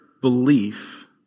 belief